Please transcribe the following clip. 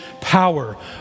power